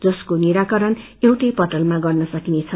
जसको निराकरण एउटै पटलमा गर्न सकिनेछ